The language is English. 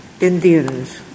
Indians